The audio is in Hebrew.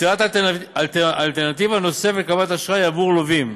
יצירת אלטרנטיבה נוספת לקבלת אשראי עבור לווים,